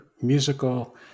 musical